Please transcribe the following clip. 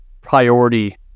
priority